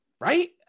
Right